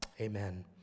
amen